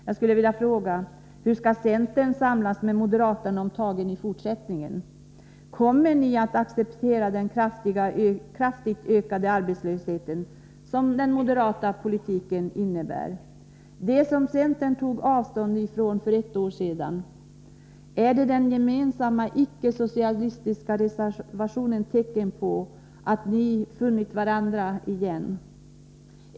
Jag skulle vilja fråga: Hur skall centern samsas med moderaterna om tagen i fortsättningen? Kommer ni att acceptera den kraftigt ökade arbetslöshet som den moderata politiken innebär — alltså det som centern tog avstånd från för ett år sedan? Är den gemensamma icke-socialistiska reservationen tecken på att ni funnit varandra igen?